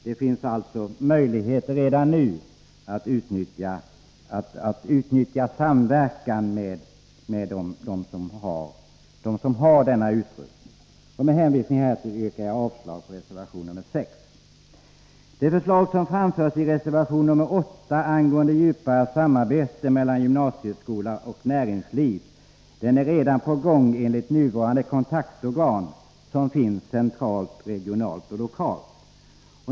Det finns alltså redan nu möjligheter att samverka med dem som har denna utrustning. Med hänvisning härtill yrkar jag avslag på reservation 6. Det som framförs i reservation 8 angående djupare samarbete mellan gymnasieskola och näringsliv är redan på gång enligt nuvarande kontaktorgan, som finns centralt, regionalt och lokalt.